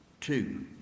Two